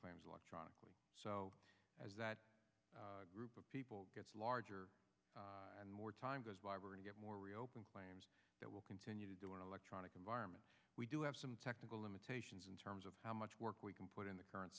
claims electronically so as that group of people gets larger and more time to get more reopen claims that will continue to do an electronic environment we do have some technical limitations in terms of how much work we can put in the current